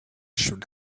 should